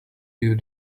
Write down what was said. you